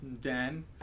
Dan